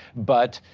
but